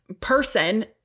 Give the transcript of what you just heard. person